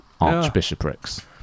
archbishoprics